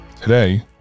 Today